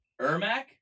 Ermac